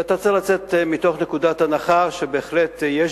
ואתה צריך לצאת מתוך נקודת הנחה שבהחלט יש